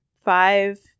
five